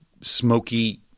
smoky